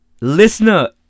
listener